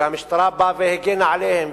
והמשטרה באה והגנה עליהם,